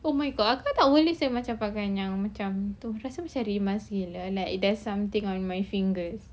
oh my god kakak tahu macam pakai yang macam itu rasa macam rimas gila eh like there's something on my finger